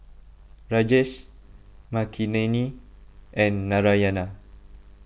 Rajesh Makineni and Narayana